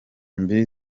mbiri